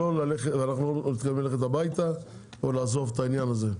ואנחנו לא מתכוונים ללכת הביתה ולעזוב את העניין הזה.